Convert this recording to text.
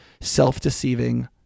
self-deceiving